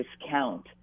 discount